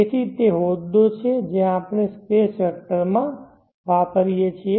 તેથી તે હોદ્દો છે જે આપણે સ્પેસ વેક્ટરમાં વાપરીએ છીએ